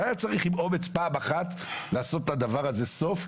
וצריך אומץ פעם אחת לעשות לדבר הזה סוף.